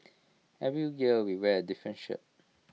every year we wear different shirt